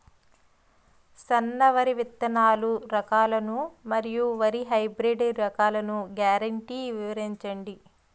సన్న వరి విత్తనాలు రకాలను మరియు వరి హైబ్రిడ్ రకాలను గ్యారంటీ వివరించండి?